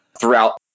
throughout